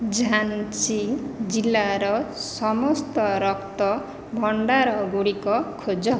ଝାନ୍ସୀ ଜିଲ୍ଲାର ସମସ୍ତ ରକ୍ତ ଭଣ୍ଡାରଗୁଡ଼ିକ ଖୋଜ